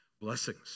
blessings